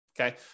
Okay